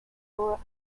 aura